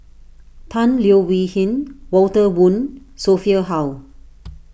Tan Leo Wee Hin Walter Woon Sophia Hull